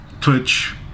twitch